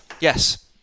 yes